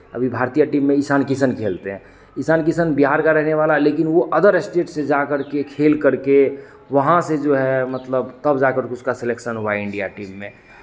अभी भारतीय टीम में ईशान किशन खेलते हैं ईशान किशन बिहार का रहने वाला है लेकिन वो अदर स्टेट से जा करके खेल करके वहाँ से जो है मतलब तब जा करके उसका सिलेक्शन हुआ इंडिया टीम में